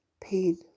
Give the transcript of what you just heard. pain